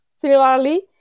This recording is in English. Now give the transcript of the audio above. Similarly